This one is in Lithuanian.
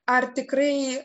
ar tikrai